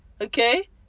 okay